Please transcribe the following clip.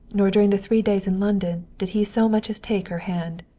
nor during the three days in london, did he so much as take her hand.